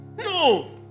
No